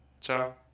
Ciao